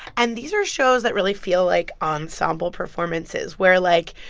and these are shows that really feel like ensemble performances where, like,